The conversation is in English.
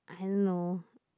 I don't know